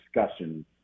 discussion